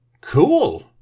cool